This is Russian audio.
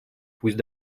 пусть